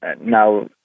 now